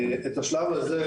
את השלב הזה,